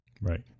Right